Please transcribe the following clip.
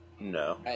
No